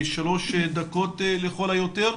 כשלוש דקות לכל היותר,